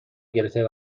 گرفته